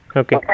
okay